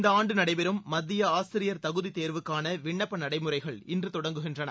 இந்த ஆண்டு நடைபெறும் மத்திய ஆசிரியர் தகுதித் தேர்வுக்கான விண்ணப்ப நடைமுறைகள் இன்று தொடங்குகின்றன